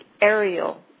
aerial